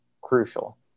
crucial